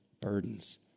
burdens